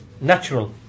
natural